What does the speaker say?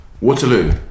Waterloo